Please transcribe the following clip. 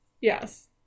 yes